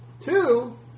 Two